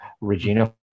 regina